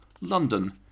London